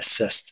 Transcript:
assist